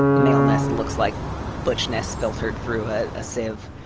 maleness looks like butchness filtered through a sieve.